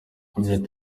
janet